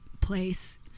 place